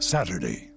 Saturday